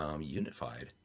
unified